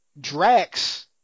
Drax